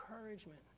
encouragement